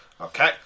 Okay